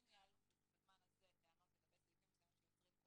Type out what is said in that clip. סעיף 51 - היה כאן סעיף קודם.